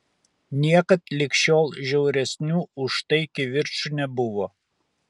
niekad lig šiol žiauresnių už tai kivirčų nebuvo